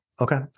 Okay